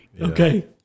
okay